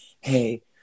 hey